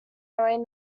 knowing